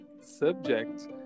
subject